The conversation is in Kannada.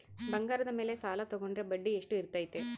ಬಂಗಾರದ ಮೇಲೆ ಸಾಲ ತೋಗೊಂಡ್ರೆ ಬಡ್ಡಿ ಎಷ್ಟು ಇರ್ತೈತೆ?